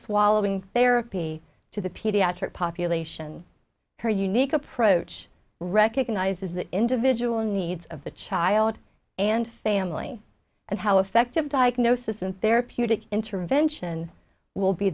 swallowing therapy to the pediatric population her unique approach recognizes the individual needs of the child and family and how effective diagnosis and therapeutic intervention will be